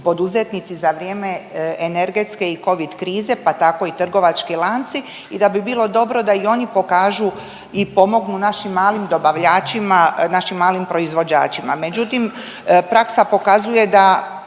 poduzetnici za vrijeme energetske i covid krize, pa tako i trgovački lanci i da bi bilo dobro da i oni pokažu i pomognu našim malim dobavljačima i našim malim proizvođačima, međutim praksa pokazuje da